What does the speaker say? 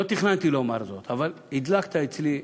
לא תכננתי לומר זאת אבל הדלקת אצלי כיוון: